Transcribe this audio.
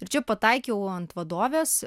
ir čia pataikiau ant vadovės